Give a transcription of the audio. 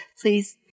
Please